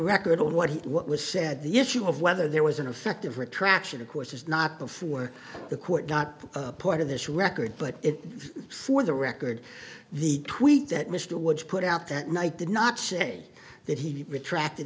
record on what what was said the issue of whether there was an effective retraction of course is not before the court not part of this record but it for the record the tweet that mr woods put out that night did not say that he retracted